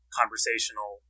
conversational